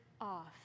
off